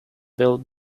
bill